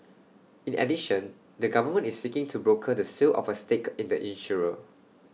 in addition the government is seeking to broker the sale of A stake in the insurer